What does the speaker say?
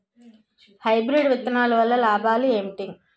Hybrid విత్తనాలు వల్ల లాభాలు ఏంటి?